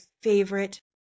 favorite